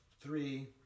three